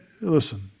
listen